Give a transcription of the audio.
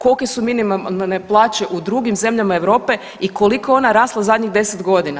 Kolike su minimalne plaće u drugim zemljama Europe i koliko je ona rasla u zadnjih 10 godina?